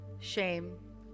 shame